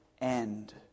end